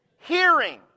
hearing